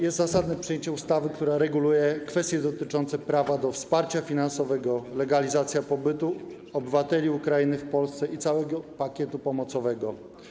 Jest zasadne przyjęcie ustawy, która reguluje kwestie dotyczące prawa do wsparcia finansowego, legalizacji pobytu obywateli Ukrainy w Polsce i całego pakietu pomocowego.